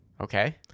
Okay